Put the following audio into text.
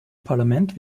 parlament